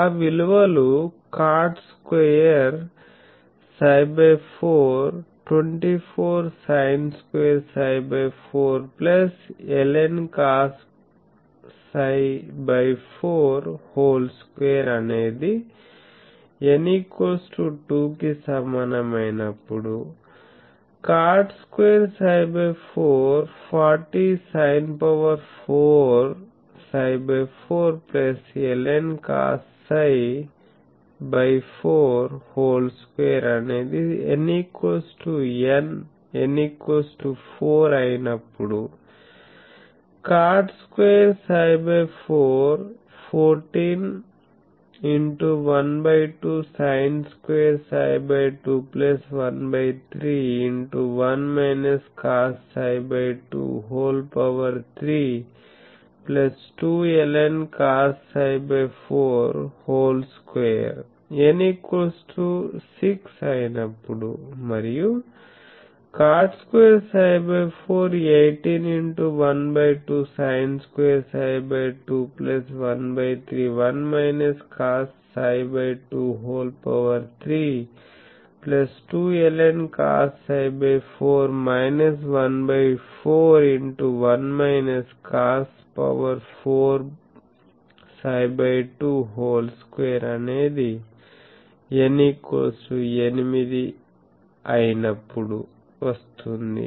ఆ విలువలు cot2ψ4 24 sin2ψ4 ln cosψ42 అనేది n 2 కు సమానం అయినప్పుడుcot2ψ440 sin4ψ4 ln cosψ42 అనేది n 4 అయినప్పుడుcot2ψ414 12sin2ψ2⅓ 1 cosψ23 2ln cosψ42 n6 అయినప్పుడు మరియు cot2ψ4 1812sin2ψ2⅓1 cosψ23 2ln cosψ4 ¼1 cos4ψ22 అనేది n 8 కు అయినప్పుడు వస్తుంది